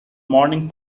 morning